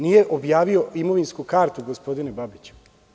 Nije objavio imovinsku kartu, gospodine Babiću.